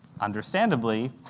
understandably